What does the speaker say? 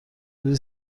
روزی